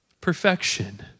Perfection